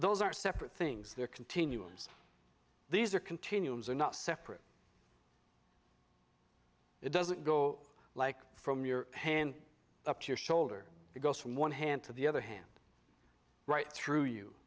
those are separate things they're continuums these are continuums are not separate it doesn't go like from your hand up your shoulder it goes from one hand to the other hand right through you